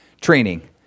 training